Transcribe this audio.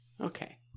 Okay